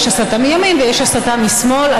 יש הסתה מימין ויש הסתה משמאל.